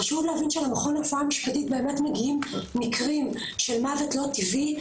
חשוב להבין שלמכון לרפואה משפטית באמת מגיעים מקרים של מוות לא טבעי,